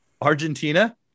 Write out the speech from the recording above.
argentina